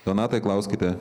donatai klauskite